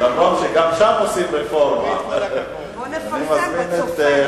אולי אפשר להוסיף את זה,